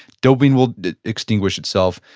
dopamine will extinguish itself.